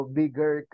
bigger